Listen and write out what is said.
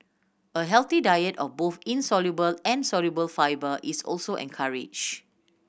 a healthy diet of both insoluble and soluble fibre is also encouraged